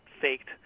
faked